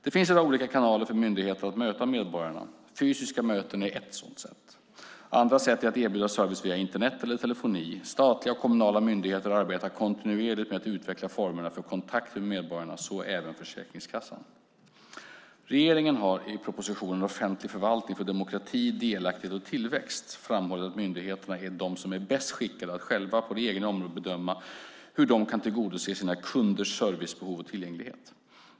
Det finns i dag olika kanaler för myndigheterna att möta medborgarna. Fysiska möten är ett sätt. Andra sätt är att erbjuda service via Internet eller telefoni. Statliga och kommunala myndigheter arbetar kontinuerligt med att utveckla formerna för kontakter med medborgarna, så även Försäkringskassan. Regeringen har i propositionen Offentlig förvaltning för demokrati, delaktighet och tillväxt framhållit att myndigheterna är de som är bäst skickade att själva på det egna området bedöma hur de kan tillgodose sina kunders behov av service och tillgänglighet.